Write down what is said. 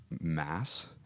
mass